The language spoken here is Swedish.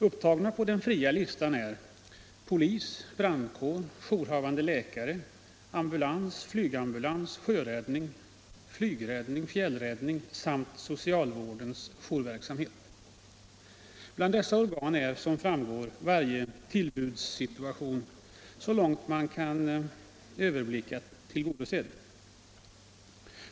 Upptagna på den fria listan är polis, brandkår, jourhavande läkare, ambulans, flygambulans, sjöräddning, flygräddning, fjällräddning samt socialvårdens jourverksamhet. Bland dessa organ är, som framgår, varje tillbudssituation så långt man kan överblicka tillgodosedd med denna alarmeringsmöjlighet.